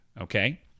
Okay